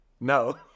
no